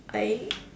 I